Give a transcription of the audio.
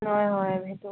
হয় হয় সেইটো